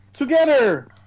Together